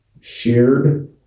shared